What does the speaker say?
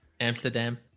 Amsterdam